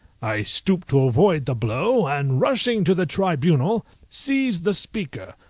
i stooped to avoid the blow, and rushing to the tribunal seized the speaker,